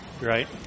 Right